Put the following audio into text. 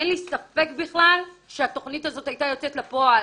אין לי ספק בכלל שהתכנית הזאת היתה יוצאת לפועל.